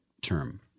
term